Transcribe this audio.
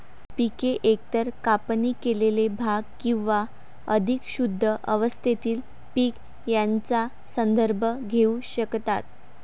पिके एकतर कापणी केलेले भाग किंवा अधिक शुद्ध अवस्थेतील पीक यांचा संदर्भ घेऊ शकतात